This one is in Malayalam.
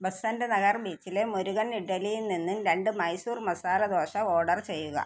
ബെസൻറ്റ് നഗർ ബീച്ചിലെ മുരുകൻ ഇഡ്ഡലിയിൽ നിന്ന് രണ്ട് മൈസൂർ മസാല ദോശ ഓർഡർ ചെയ്യുക